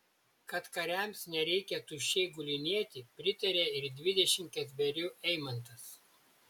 kad kariams nereikia tuščiai gulinėti pritarė ir dvidešimt ketverių eimantas